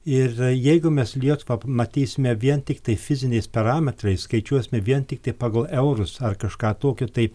ir jeigu mes lietuvą matysime vien tiktai fiziniais parametrais skaičiuosime vien tiktai pagal eurus ar kažką tokio tai